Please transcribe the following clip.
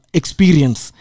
experience